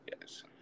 Yes